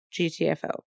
GTFO